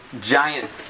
giant